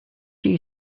you